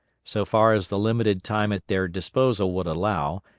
so far as the limited time at their disposal would allow,